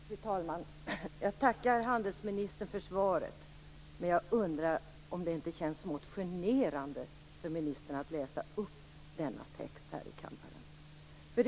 Fru talman! Jag tackar handelsministern för svaret. Jag undrar dock om det inte känns smått generande för ministern att läsa upp denna text här i kammaren.